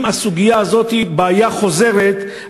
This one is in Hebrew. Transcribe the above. אם הסוגיה הזאת היא בעיה חוזרת,